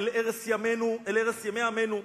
אל ערש ימי עמינו,